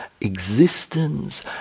existence